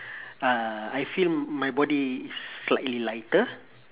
uh I feel my body is slightly lighter